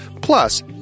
Plus